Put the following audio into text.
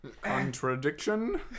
Contradiction